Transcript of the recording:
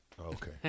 Okay